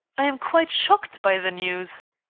i am quite shocked by the news.